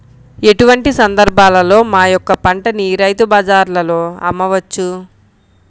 ఎటువంటి సందర్బాలలో మా యొక్క పంటని రైతు బజార్లలో అమ్మవచ్చు?